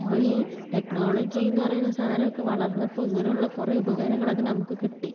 ഇപ്പോൾ ഈ ടെക്നോളജി എന്ന് പറയുന്ന സാധനമൊക്കെ വളർന്നപ്പോൾ ഇങ്ങനെയുള്ള കുറെ ഉപകാരങ്ങളൊക്കെ നമുക്ക് കിട്ടി